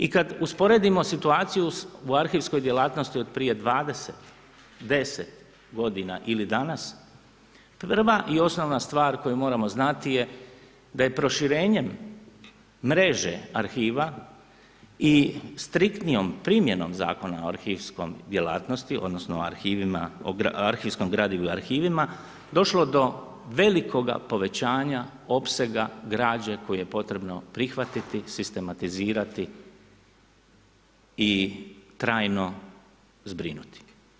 I kad usporedimo situaciju u arhivskoj djelatnosti od prije 20, 10 godina ili danas, prva i osnovna stvar koju moramo znati je da proširenjem mreže arhiva i striktnijom primjenom Zakona o arhivskoj djelatnostima odnosno o arhivskom gradivu i arhivima, došlo do velikoga povećanja opsega građe koji je potrebno prihvatiti, sistematizirati i trajno zbrinuti.